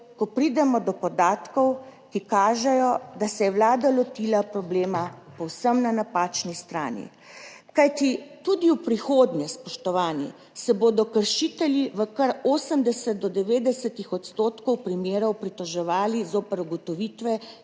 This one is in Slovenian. ko pridemo do podatkov, ki kažejo, da se je Vlada lotila problema povsem na napačni strani. Kajti tudi v prihodnje, spoštovani, se bodo kršitelji v kar 80 % do 90 % primerov pritoževali zoper ugotovitve